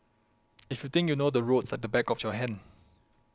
if you think you know the roads like the back of your hand